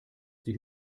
sie